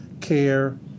care